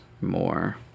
more